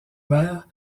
verre